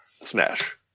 Smash